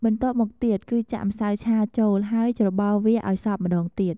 បន្ទាប់មកទៀតគឺចាក់ម្សៅឆាចូល ហើយច្របល់វាឱ្យសព្វម្ដងទៀត។